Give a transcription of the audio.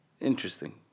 interesting